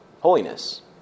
holiness